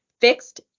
fixed